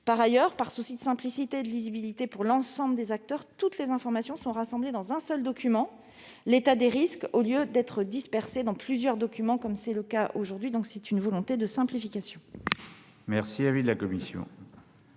Par ailleurs, dans un souci de simplicité et de lisibilité pour l'ensemble des acteurs, toutes les informations seraient rassemblées dans un seul document- l'état des risques -au lieu d'être dispersées dans plusieurs documents. Cela procède d'une volonté de simplification. Quel est l'avis de la commission